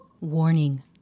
Warning